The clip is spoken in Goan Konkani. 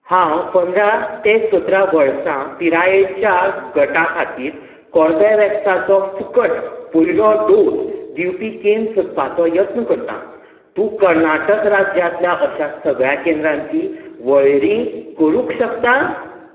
हांव पंदरा ते सतरा वर्सां पिरायेच्या गटा खातीर कोर्बेवॅक्सचो फुकट पयलो डोस दिवपी केंद्र सोदपाचो यत्न करतां तूं कर्नाटक राज्यांतल्या अशा सगळ्या केंद्रांची वळेरी करूंक शकता